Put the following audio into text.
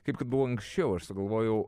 kaip kad buvo anksčiau aš sugalvojau